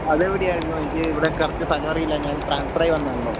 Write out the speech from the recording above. അതെവിടെയായിരുന്നു എനിക്ക് ഇവിടെ കറക്ട് സ്ഥലമറിയില്ല ഞാൻ ട്രാൻഫർ ആയി വന്നതാണല്ലോ